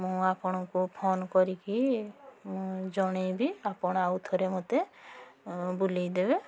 ମୁଁ ଆପଣଙ୍କୁ ଫୋନ୍ କରିକି ଜଣାଇବି ଆପଣ ଆଉ ଥରେ ମୋତେ ବୁଲାଇ ଦେବେ